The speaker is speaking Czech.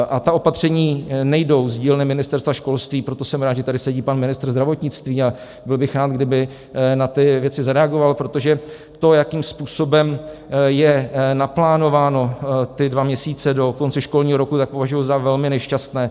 A ta opatření nejdou z dílny Ministerstva školství, proto jsem rád, že tady sedí pan ministr zdravotnictví, a byl bych rád, kdyby na ty věci zareagoval, protože to, jakým způsobem jsou naplánovány ty dva měsíce do konce školního roku, to považuji za velmi nešťastné.